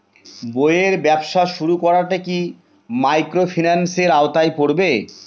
বইয়ের ব্যবসা শুরু করাটা কি মাইক্রোফিন্যান্সের আওতায় পড়বে?